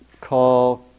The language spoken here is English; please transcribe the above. call